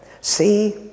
See